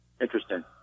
Interesting